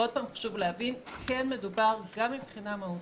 עוד פעם, חשוב להבין כי מדובר, גם מבחינה מהותית,